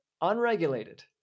unregulated